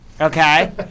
Okay